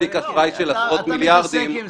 בתיק אשראי של עשרות מיליארדים -- אתה לא יכול להגיד את